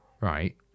Right